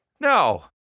No